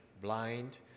blind